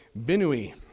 Binui